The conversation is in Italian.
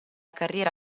carriera